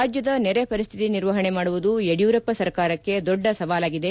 ರಾಜ್ಯದ ನೆರೆ ಪರಿಸ್ತಿತಿ ನಿರ್ವಹಣೆ ಮಾಡುವುದು ಯಡಿಯೂರಪ್ಪ ಸರ್ಕಾರಕ್ಷೆ ದೊಡ್ಡ ಸವಾಲಾಗಿದೆ